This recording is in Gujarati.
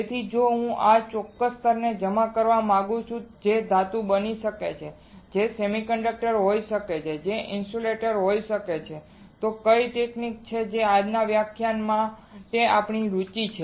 તેથી જો હું આ ચોક્કસ સ્તરને જમા કરવા માંગુ છું જે ધાતુ બની શકે છે જે સેમિકન્ડક્ટર હોઈ શકે છે જે ઇન્સ્યુલેટર હોઈ શકે છે તો કઈ તકનીકો છે જે આજના વ્યાખ્યાન માટે આપણી રુચિ છે